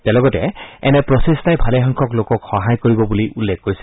তেওঁ লগতে এনে প্ৰচেষ্টাই ভালেসংখ্যক লোকক সহায় কৰিব বুলি উল্লেখ কৰিছে